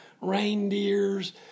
reindeers